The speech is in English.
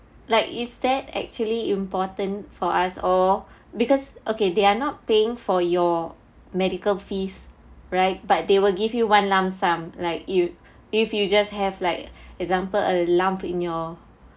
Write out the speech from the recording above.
like is that actually important for us or because okay they are not paying for your medical fees right but they will give you one lump sum like you if you just have like example a lump in your